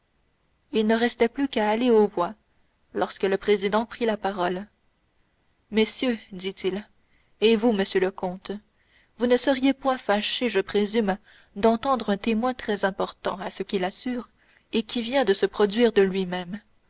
il ne restait plus qu'à aller aux voix lorsque le président prit la parole messieurs dit-il et vous monsieur le comte vous ne seriez point fâchés je présume d'entendre un témoin très important à ce qu'il assure et qui vient de se produire de lui-même